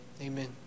Amen